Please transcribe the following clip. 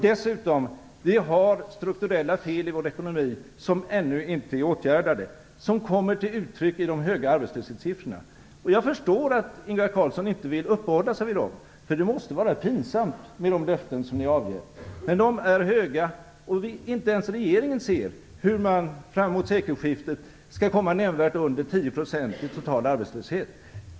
Dessutom har vi strukturella fel i vår ekonomi som ännu inte är åtgärdade, som kommer till uttryck i de höga arbetslöshetssiffrorna. Jag förstår att Ingvar Carlsson inte vill uppehålla sig vid dem - det måste vara pinsamt med de löften som ni avger. Arbetslöshetssiffrorna är höga. Inte ens regeringen ser hur man fram mot sekelskiftet skall komma nämnvärt under 10 % i total arbetslöshet.